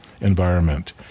environment